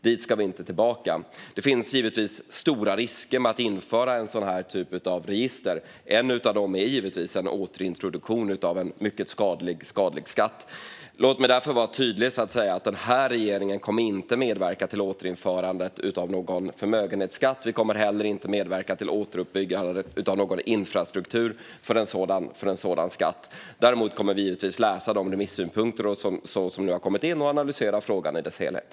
Dit ska vi inte tillbaka. Det finns givetvis stora risker med att införa ett sådant register. En av dem är en återintroduktion av en mycket skadlig skatt. Låt mig därför vara tydlig. Regeringen kommer inte att medverka till ett återinförande av någon förmögenhetsskatt. Vi kommer heller inte att medverka till ett återuppbyggande av någon infrastruktur för en sådan skatt. Däremot kommer vi givetvis att läsa de remissynpunkter som har kommit in och analysera frågan i dess helhet.